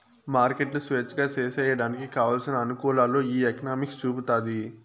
మార్కెట్లు స్వేచ్ఛగా సేసేయడానికి కావలసిన అనుకూలాలు ఈ ఎకనామిక్స్ చూపుతాది